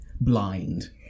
blind